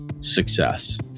success